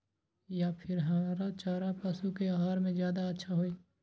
या फिर हरा चारा पशु के आहार में ज्यादा अच्छा होई?